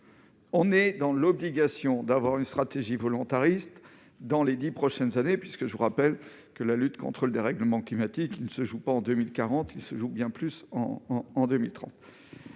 sommes dans l'obligation d'avoir une stratégie volontariste dans les dix prochaines années. Je le rappelle, la lutte contre le dérèglement climatique se joue non pas en 2040, mais bien plus en 2030.